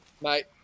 Mate